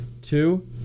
two